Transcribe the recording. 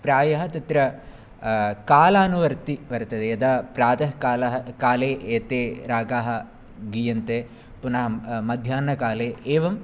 प्रायः तत्र कालानुवर्ती वर्तते यदा प्रातःकालः काले एते रागाः गीयन्ते पुनः मध्याह्नकाले एवं